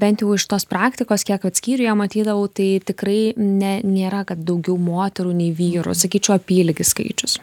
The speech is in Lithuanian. bent jau iš tos praktikos kiek vat skyriuje matydavau tai tikrai ne nėra kad daugiau moterų nei vyrų sakyčiau apylygis skaičius